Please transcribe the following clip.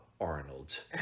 Arnold